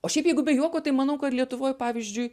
o šiaip jeigu be juoko tai manau kad lietuvoj pavyzdžiui